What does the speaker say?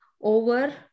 over